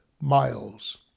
miles